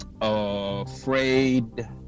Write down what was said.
afraid